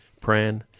Pran